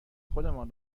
خودمان